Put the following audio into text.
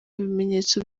bimenyetso